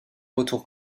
retours